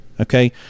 okay